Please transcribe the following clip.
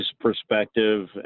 perspective